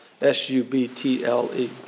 S-U-B-T-L-E